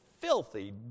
filthy